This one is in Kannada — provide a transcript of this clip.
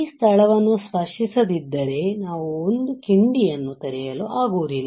ಈ ಸ್ಥಳವನ್ನು ಸ್ಪರ್ಶಿಸದಿದ್ದರೆ ನಾವು ಒಂದು ಕಿಂಡಿಯನ್ನು ತೆರೆಯಲು ಆಗುವುದಿಲ್ಲ